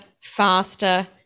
faster